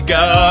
go